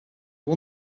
won